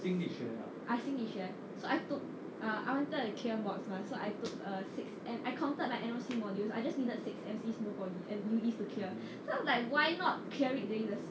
ah 心理学 so I took I wanted to clear mods mah so I took uh six M I counted my N_O_C modules I just needed six M_Cs to clear